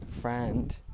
friend